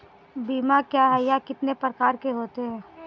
बीमा क्या है यह कितने प्रकार के होते हैं?